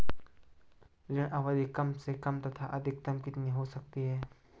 ऋण अवधि कम से कम तथा अधिकतम कितनी हो सकती है?